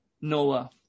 Noah